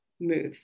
move